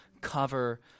cover